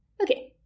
okay